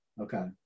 Okay